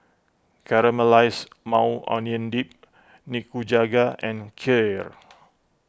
Caramelized Maui Onion Dip Nikujaga and Kheer